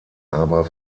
aber